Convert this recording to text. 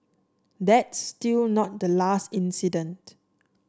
that's still not the last incident